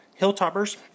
Hilltoppers